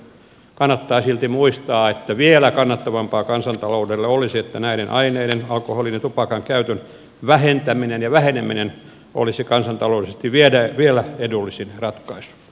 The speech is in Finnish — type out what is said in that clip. kannattaa silti muistaa että vielä kannattavampaa kansantaloudelle olisi että näiden aineiden alkoholin ja tupakan käytön vähentäminen ja väheneminen olisivat kansantaloudellisesti edullisin ratkaisu